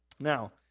Now